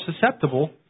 susceptible